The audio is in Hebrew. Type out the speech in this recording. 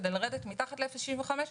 כדי לרדת מתחת ל-0.65%.